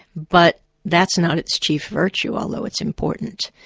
but that's not its chief virtue, although it's important.